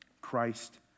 Christ